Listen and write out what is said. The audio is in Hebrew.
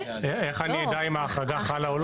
איך אני אדע אם ההחרגה חלה או לא?